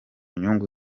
nyungu